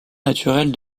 naturelle